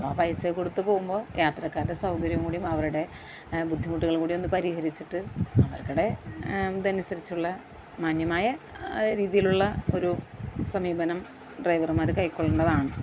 അപ്പോൾ ആ പൈസ ഒക്കെ കൊടുത്ത് പോകുമ്പോൾ യാത്രക്കാരുടെ സൗകര്യവും കൂടി അവരുടെ ബുദ്ധിമുട്ടുകളും കൂടെ ഒന്ന് പരിഹരിച്ചിട്ട് അവരുടെ ഇതനുസരിച്ചുള്ള മാന്യമായ രീതിയിലുള്ള ഒരു സമീപനം ഡ്രൈർമാർ കൈക്കൊള്ളേണ്ടതാണ്